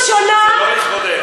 מירב, זה לא לכבודך.